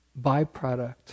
byproduct